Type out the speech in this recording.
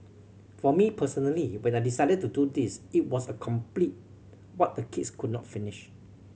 for me personally when I decided to do this it was to complete what the kids could not finish